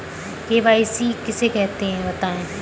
KYC किसे कहते हैं बताएँ?